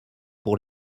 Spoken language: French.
pour